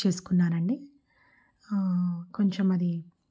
book చేసుకున్నాను అండి కొంచెం అది